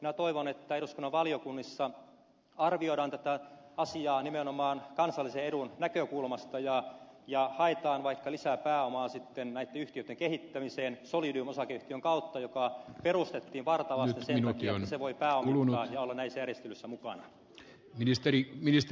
minä toivon että eduskunnan valiokunnissa arvioidaan tätä asiaa nimenomaan kansallisen edun näkökulmasta ja haetaan vaikka lisää pääomaa sitten näitten yhtiöitten kehittämiseen solidium osakeyhtiön kautta joka perustettiin varta vasten sen takia että se voi pääomittaa ja olla näissä järjestelyissä mukana